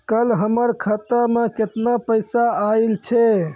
कल हमर खाता मैं केतना पैसा आइल छै?